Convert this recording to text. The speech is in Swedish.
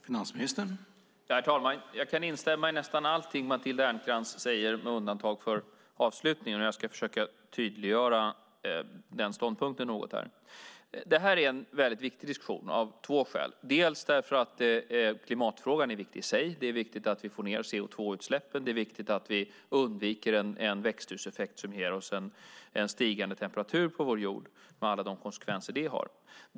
Herr talman! Jag kan instämma i nästan allting Matilda Ernkrans säger, med undantag för avslutningen. Jag ska försöka tydliggöra denna ståndpunkt något. Detta är en väldigt viktig diskussion av två skäl. Dels är den viktig för att klimatfrågan är viktig i sig - det är viktigt att vi får ned CO2-utsläppen, och det är viktigt att vi undviker en växthuseffekt som ger oss en stigande temperatur på vår jord med alla de konsekvenser det har.